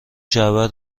جعبه